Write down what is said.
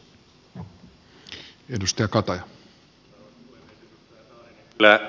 arvoisa puhemies